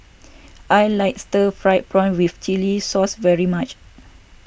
I like Stir Fried Prawn with Chili Sauce very much